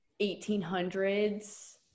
1800s